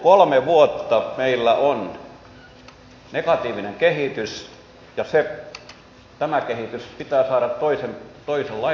kolme vuotta meillä on negatiivinen kehitys ja tämä kehitys pitää saada toisenlaiseksi